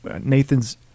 Nathan's